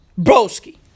Broski